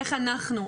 איך אנחנו,